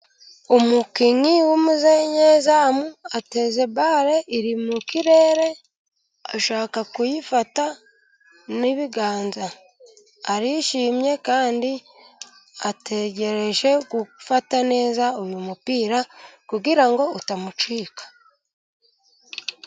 Umukinnyi w'umunyezamu ateze bare iri mu kirere, ashaka kuyifata n'ibiganza. Arishimye kandi ategereje gufata neza uyu mupira, kugira ngo utamucika.